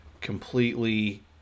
completely